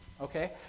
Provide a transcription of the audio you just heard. okay